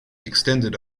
extended